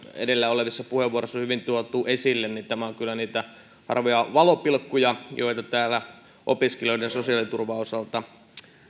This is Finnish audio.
edellä olevissa puheenvuoroissa on hyvin tuotu esille niin tämä on kyllä niitä harvoja valopilkkuja joita täällä opiskelijoiden sosiaaliturvan osalta